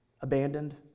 abandoned